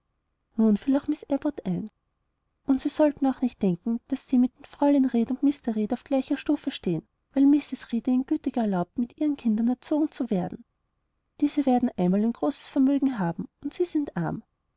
nun fiel auch miß abbot ein und sie sollten auch nicht denken daß sie mit den fräulein reed und mr reed auf gleicher stufe stehen weil mrs reed ihnen gütig erlaubt mit ihren kindern erzogen zu werden diese werden einmal ein großes vermögen haben und sie sind arm